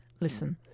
Listen